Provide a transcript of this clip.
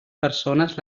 persones